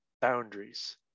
boundaries